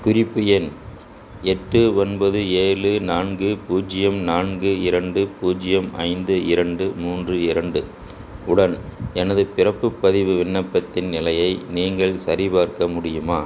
குறிப்பு எண் எட்டு ஒன்பது ஏழு நான்கு பூஜ்யம் நான்கு இரண்டு பூஜ்ஜியம் ஐந்து இரண்டு மூன்று இரண்டு உடன் எனது பிறப்பு பதிவு விண்ணப்பத்தின் நிலையை நீங்கள் சரிபார்க்க முடியுமா